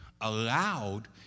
allowed